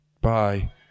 bye